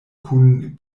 kun